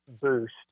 boost